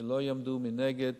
שלא יעמדו מנגד